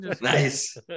Nice